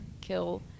kill